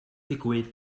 digwydd